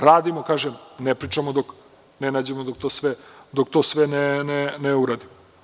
Radimo, ne pričamo dok ne nađemo, dok to sve ne uradimo.